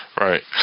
right